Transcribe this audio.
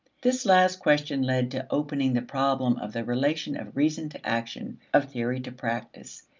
this last question led to opening the problem of the relation of reason to action, of theory to practice,